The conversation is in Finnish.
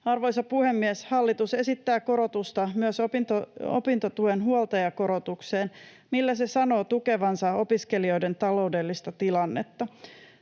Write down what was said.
Arvoisa puhemies! Hallitus esittää korotusta myös opintotuen huoltajakorotukseen, millä se sanoo tukevansa opiskelijoiden taloudellista tilannetta.